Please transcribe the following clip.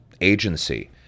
agency